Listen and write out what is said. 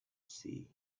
see